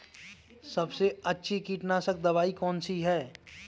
सबसे अच्छी कीटनाशक दवाई कौन सी है?